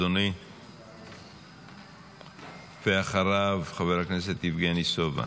אדוני, ואחריו, חבר הכנסת יבגני סובה.